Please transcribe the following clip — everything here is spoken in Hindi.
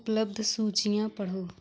उपलब्ध सूचियाँ पढ़ो